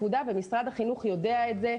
משרד החינוך יודע את זה.